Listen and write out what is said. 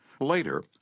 Later